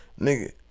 Nigga